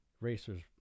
racers